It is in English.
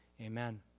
Amen